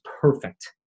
perfect